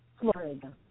Florida